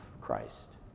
Christ